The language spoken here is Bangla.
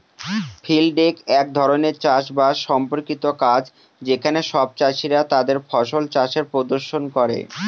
ফিল্ড ডেক এক ধরনের চাষ বাস সম্পর্কিত কাজ যেখানে সব চাষীরা তাদের ফসল চাষের প্রদর্শন করে